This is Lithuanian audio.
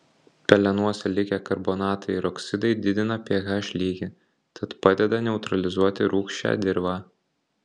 pelenuose likę karbonatai ir oksidai didina ph lygį tad padeda neutralizuoti rūgščią dirvą